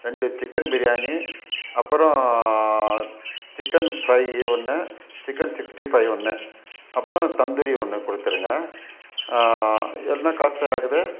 ரெண்டு சிக்கன் பிரியாணி அப்புறோம் chicken fry ஒன்று சிக்கன் சிக்ஸ்டி ஃபை ஒன்று அப்புறோம் தந்தூரி ஒன்று கொடுத்துருங்க என்ன காசு சார் ஆகுது